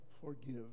forgive